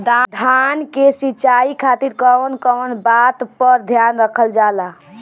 धान के सिंचाई खातिर कवन कवन बात पर ध्यान रखल जा ला?